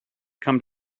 come